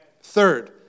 Third